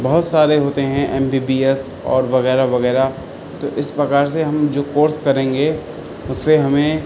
بہت سارے ہوتے ہیں ایم بی بی ایس اور وغیرہ وغیرہ تو اس پرکار سے ہم جو کورس کریں گے اس سے ہمیں